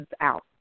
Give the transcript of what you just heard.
out